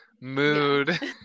mood